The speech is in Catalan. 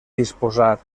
disposar